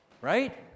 right